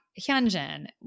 Hyunjin